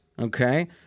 okay